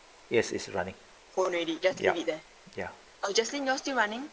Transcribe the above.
yes is running already ya ya